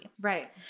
Right